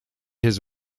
his